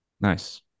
Nice